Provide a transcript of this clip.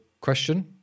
question